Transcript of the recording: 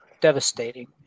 devastating